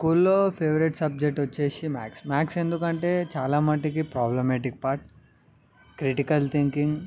స్కూల్లో favourite subject వచ్చి maths maths ఎందుకంటే చాలా మటుకి ప్రాబ్లమేటిక్ పార్ట్ క్రిటికల్ థింకింగ్